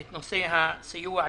את נושא הסיוע לסטודנטים: